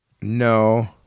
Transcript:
No